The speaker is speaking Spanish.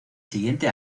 siguiente